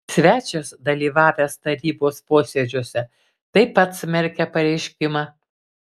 svečias dalyvavęs tarybos posėdžiuose taip pat smerkia pareiškimą